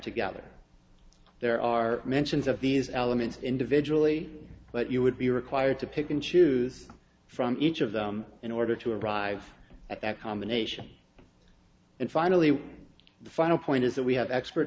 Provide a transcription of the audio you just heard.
together there are mentions of these elements individually but you would be required to pick and choose from each of them in order to arrive at that combination and finally the final point is that we have expert